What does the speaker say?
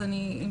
לא